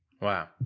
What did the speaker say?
Wow